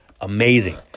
amazing